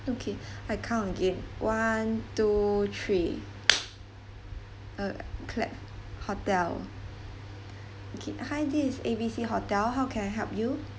okay I count again one two three alright clap hotel okay hi this is A B C hotel how can I help you